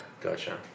Gotcha